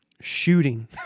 shooting